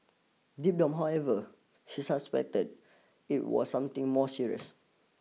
deep down however he suspected it was something more serious